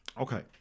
Okay